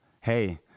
hey